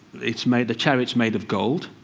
it's made the chariot is made of gold.